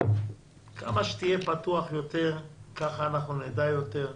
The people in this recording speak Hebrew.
כמה שתהיה פתוח יותר כך אנחנו נדע יותר,